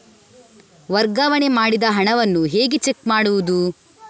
ವರ್ಗಾವಣೆ ಮಾಡಿದ ಹಣವನ್ನು ಹೇಗೆ ಚೆಕ್ ಮಾಡುವುದು?